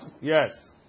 yes